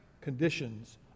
conditions